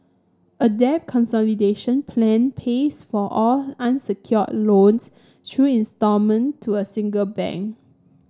a debt consolidation plan pays for all unsecured loans through instalment to a single bank